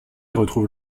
retrouve